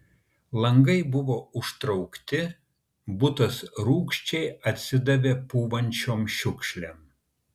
langai buvo užtraukti butas rūgščiai atsidavė pūvančiom šiukšlėm